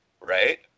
right